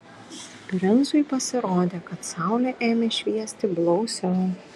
princui pasirodė kad saulė ėmė šviesti blausiau